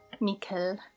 Mikkel